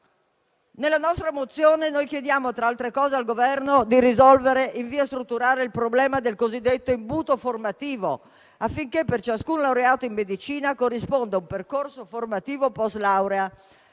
Nella nostra mozione chiediamo tra l'altro al Governo di risolvere in via strutturare il problema del cosiddetto imbuto formativo, affinché a ciascun laureato in medicina corrisponda un percorso formativo post laurea,